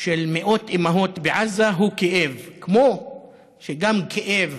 של מאות אימהות בעזה הוא כאב, כמו שגם כאב